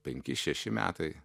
penki šeši metai